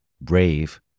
BRAVE